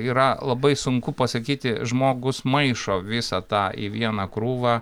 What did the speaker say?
yra labai sunku pasakyti žmogus maišo visą tą į vieną krūvą